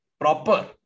proper